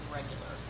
regular